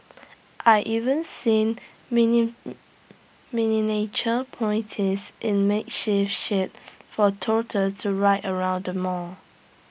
I even seen mini miniature ponies in makeshift sheds for toddler to ride around the mall